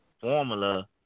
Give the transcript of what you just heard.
formula